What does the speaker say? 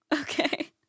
Okay